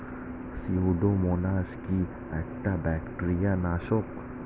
Pseudomonas কি একটা bacteria নাশক?